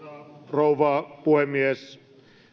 rouva puhemies